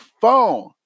phone